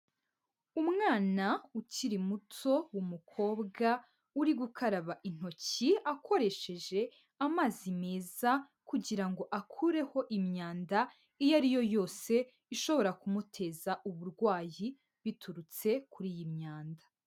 Umwana ukiri muto w'umukobwa uri gukaraba intoki akoresheje amazi meza kugira ngo akureho imyanda iyo ari yo yose ishobora kumuteza uburwayi biturutse kuri iyi myanda.